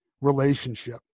relationship